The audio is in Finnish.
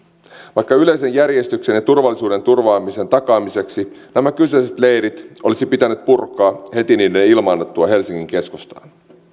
vaikka yleisen järjestyksen ja turvallisuuden turvaamisen takaamiseksi nämä kyseiset leirit olisi pitänyt purkaa heti niiden ilmaannuttua helsingin keskustaan